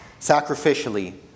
sacrificially